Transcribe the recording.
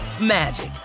magic